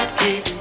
keep